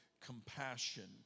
compassion